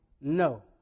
no